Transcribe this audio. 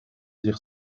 dire